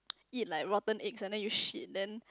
eat like rotten eggs and then you shit then